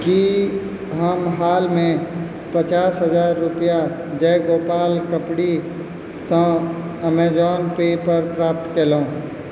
की हम हालमे पचास हजार रुपआ जयगोपाल कपड़िसँ ऐमेज़ौन पे पर प्राप्त कएलहुॅं